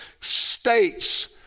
states